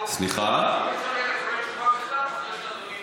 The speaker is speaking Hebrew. אפשר יהיה לקבל תשובה בכתב אחרי